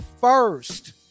first